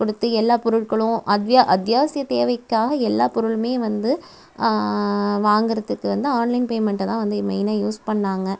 கொடுத்து எல்லா பொருட்களும் அத்யா அத்யாவசிய தேவைக்காக எல்லா பொருளுமே வந்து வாங்கறதுக்கு வந்து ஆன்லைன் பேமெண்ட்டை தான் வந்து மெய்னாக யூஸ் பண்ணாங்க